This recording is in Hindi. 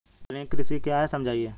आर्गेनिक कृषि क्या है समझाइए?